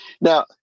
Now